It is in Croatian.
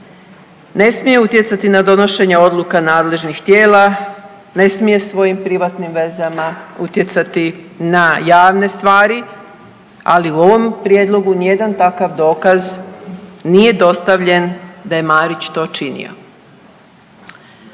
ne smije utjecati na donošenje odluka nadležnih tijela, ne smije svojim privatnim vezama utjecati na javne stvari, ali u ovom prijedlogu nijedan takav dokaz nije dostavljen da je Marić to činio.